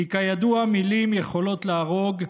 כי כידוע, מילים יכולות להרוג,